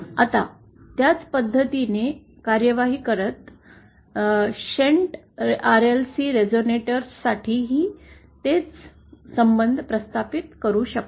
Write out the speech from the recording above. आता त्याच पद्धतीने कार्यवाही करत शंट RLC रेझोनेटर्सस साठीही तेच संबंध प्रस्थापित करू शकतो